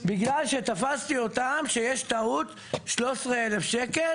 בגלל שתפסתי אותם שיש טעות של 13,000 שקל.